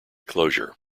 closure